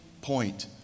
point